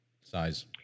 size